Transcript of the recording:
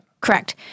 Correct